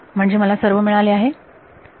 म्हणजे मला सर्व मिळाले आहे